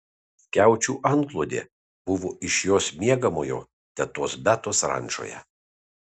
skiaučių antklodė buvo iš jos miegamojo tetos betos rančoje